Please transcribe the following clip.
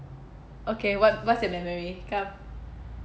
okay what what's the memory come